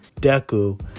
Deku